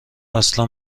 اصلا